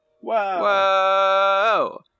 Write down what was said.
Whoa